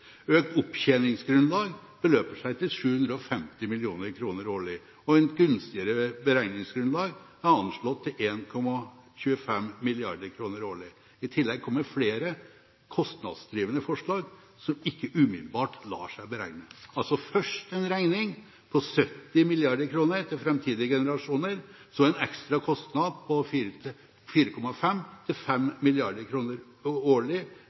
Økt opptjeningsgrunnlag beløper seg til 750 mill. kr årlig, og et gunstigere beregningsgrunnlag er anslått til 1,25 mrd. kr årlig. I tillegg kommer flere kostnadsdrivende forslag som ikke umiddelbart lar seg beregne. Altså først en regning på 70 mrd. kr til framtidige generasjoner, så en ekstra kostnad på 4,5–5 mrd. kr årlig